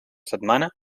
setmana